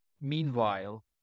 Meanwhile